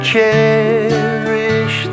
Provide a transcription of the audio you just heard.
cherish